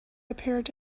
appeared